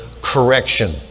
correction